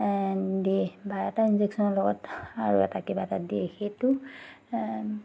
দিয়ে বা এটা ইনজেকশ্যনৰ লগত আৰু এটা কিবা এটা দিয়েই সেইটো